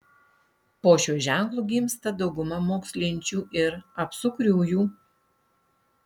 po šiuo ženklu gimsta dauguma mokslinčių ir apsukriųjų